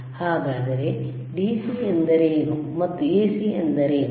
ಹಾಗಾದರೆ DC ಎಂದರೇನು ಮತ್ತು AC ಎಂದರೇನು